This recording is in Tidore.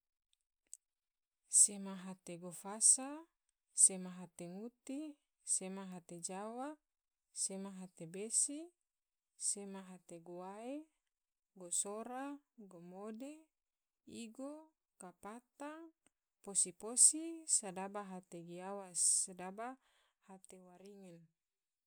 Sema hate gofosa, sema hate nguti, sema hate jawa, sema hate besi, sema hate guwae, gosora, gomode, igo, katapang, posi posi, sedaba hate giawas, sedaba hate waringin.